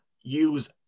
use